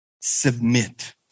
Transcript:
submit